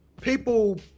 people